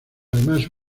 además